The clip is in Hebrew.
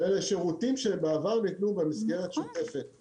אלה שירותים שבעבר ניתנו במסגרת שוטפת.